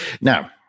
now